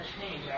change